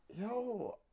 yo